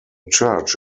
church